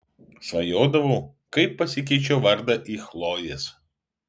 svajodavau kaip pasikeičiu vardą į chlojės